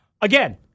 Again